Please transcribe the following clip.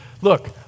Look